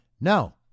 No